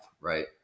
right